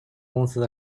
公司